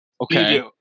Okay